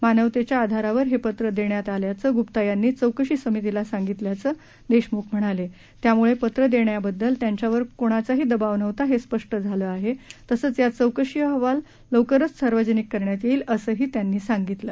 मानवतच्या आधारावर हप्पि दक्षात आल्याचप्रिमा यांनी चौकशी समितीला सांगितल्याचं दक्षमुख म्हणाल तियामुळप्रि दप्खीबद्दल त्यांच्यावर कोणाचाही दबाव नव्हता हस्पिष्ट झालखिहत्तिसद्धीया चौकशी अहवाल लवकरच सार्वजनिक करण्यात यद्दक असंही त्यांनी सांगितलं